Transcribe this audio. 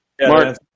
Mark